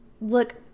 look